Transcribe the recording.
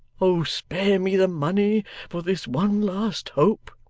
oh spare me the money for this one last hope